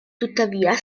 tuttavia